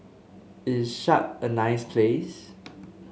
is Chad a nice place